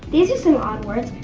these are some odd words,